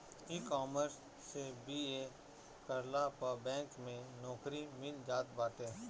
ecommerce से B करला पअ बैंक में नोकरी मिल जात बाटे